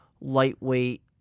lightweight